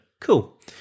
cool